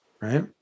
right